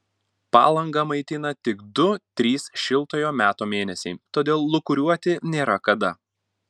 palangą maitina tik du trys šiltojo meto mėnesiai todėl lūkuriuoti nėra kada